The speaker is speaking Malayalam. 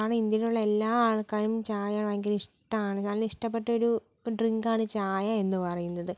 കാരണം ഇന്ത്യയിലുള്ള എല്ലാ ആൾക്കാരും ചായ ഭയങ്കര ഇഷ്ട്ടമാണ് നല്ല ഇഷ്ട്ടപ്പെട്ട ഒരു ഡ്രിങ്കാണ് ചായ എന്ന് പറയുന്നത്